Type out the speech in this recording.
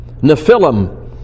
Nephilim